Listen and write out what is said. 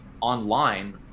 online